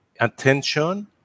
attention